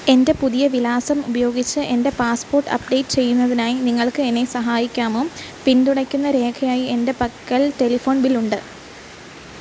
എൻ്റെ പുതിയ വിലാസം ഉപയോഗിച്ച് എൻ്റെ പാസ്പോർട്ട് അപ്ഡേറ്റ് ചെയ്യുന്നതിനായി നിങ്ങൾക്ക് എന്നെ സഹായിക്കാമോ പിന്തുണയ്ക്കുന്ന രേഖയായി എൻ്റ പക്കൽ ടെലിഫോൺ ബില്ല് ഉണ്ട്